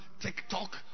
TikTok